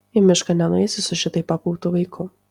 į mišką nenueisi su šitaip apautu vaiku